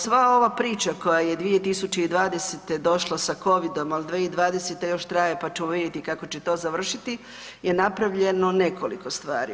Sva ova priča koja je 2020. došla sa Covidom, al 2020. još traje, pa ćemo vidjeti kako će to završiti, je napravljeno nekoliko stvari.